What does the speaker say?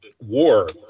War